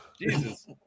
Jesus